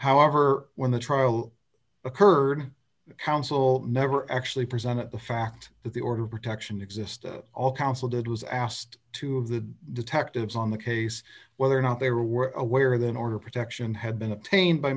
however when the trial occurred counsel never actually presented the fact that the order of protection existed all counsel did was asked two of the detectives on the case whether or not they were aware than order protection had been obtained by